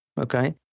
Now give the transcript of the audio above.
Okay